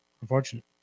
unfortunate